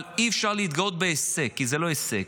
אבל אי-אפשר להתגאות בהישג כי זה לא הישג.